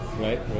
Right